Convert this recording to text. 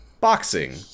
boxing